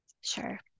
Sure